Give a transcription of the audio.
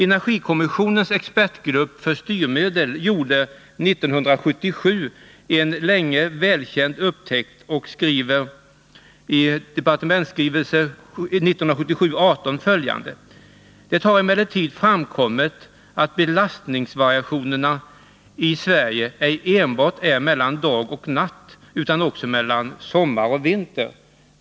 Energikommissionens expertgrupp för styrmedel upptäckte 1977 ett sedan länge välkänt faktum och skriver i Ds I 1977:18 följande: ”Det har emellertid framkommit att belastningsvariationerna i Sverige ej enbart är mellan dag och natt, utan också mellan sommar och vinter.